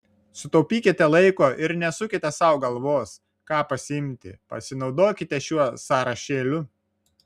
sutaupykite laiko ir nesukite sau galvos ką pasiimti pasinaudokite šiuo sąrašėliu